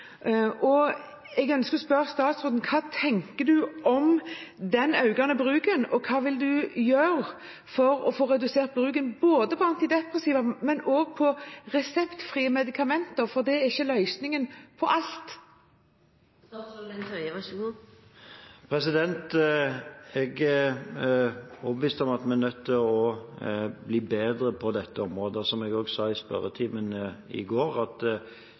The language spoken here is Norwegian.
Jeg ønsker å spørre statsråden hva han tenker om denne økende bruken, og hva han vil gjøre for å få redusert bruken, både av antidepressiva og av reseptfrie medikamenter. For det er ikke løsningen på alt. Jeg er overbevist om at vi er nødt til å bli bedre på dette området. Som jeg sa i spørretimen i går,